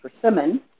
persimmon